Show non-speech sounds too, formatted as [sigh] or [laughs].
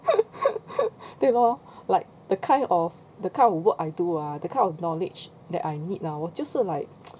[laughs] 对 lor like the kind of the kind of work I do ah the kind of knowledge that I need ah 我就是 like [noise]